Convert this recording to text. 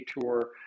tour